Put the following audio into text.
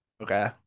Okay